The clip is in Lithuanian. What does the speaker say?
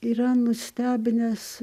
yra nustebinęs